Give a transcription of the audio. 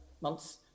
months